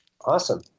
Awesome